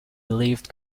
believed